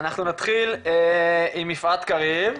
אנחנו נתחיל עם יפעת קריב,